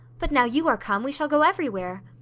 but now you are come, we shall go everywhere.